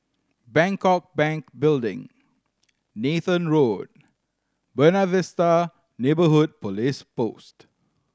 Bangkok Bank Building Nathan Road Buona Vista Neighbourhood Police Post